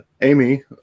Amy